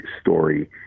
story